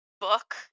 book